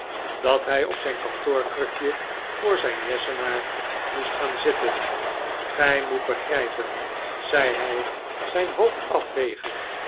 dat hij op net kantoorkrukje voor zijn lessenaar moest gaan zitten gij moet begrijpen zei hij zijn hoofd afvegend